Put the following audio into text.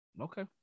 Okay